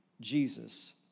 Jesus